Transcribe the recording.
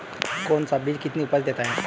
कौन सा बीज कितनी उपज देता है?